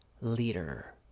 leader